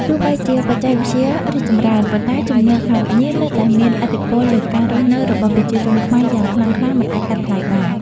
ទោះបីជាបច្ចេកវិទ្យារីកចម្រើន ប៉ុន្តែជំនឿខាងវិញ្ញាណនៅតែមានឥទ្ធិពលលើការរស់នៅរបស់ប្រជាជនខ្មែរយ៉ាងខ្លាំងក្លាមិនអាចកាត់ថ្លៃបាន។